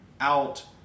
out